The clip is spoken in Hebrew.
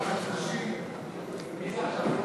יהדות